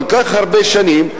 כל כך הרבה שנים,